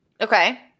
okay